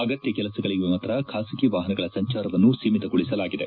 ಅಗತ್ತ ಕೆಲಸಗಳಿಗೆ ಮಾತ್ರ ಬಾಸಗಿ ವಾಹನಗಳ ಸಂಚಾರವನ್ನು ಸೀಮಿತಗೊಳಿಸಲಾಗಿದೆ